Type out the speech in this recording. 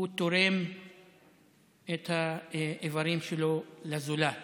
הוא תורם את האיברים שלו לזולת